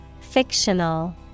Fictional